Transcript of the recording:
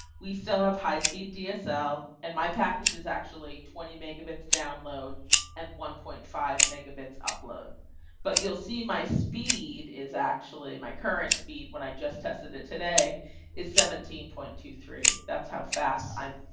we still have high speed dsl, and my package is actually twenty megabits download at one point five megabits upload but you'll see my speed is actually my current speed when i just tested it today is seventeen point two three that's how fast i'm